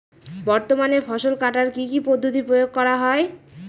বর্তমানে ফসল কাটার কি কি পদ্ধতি প্রয়োগ করা হয়?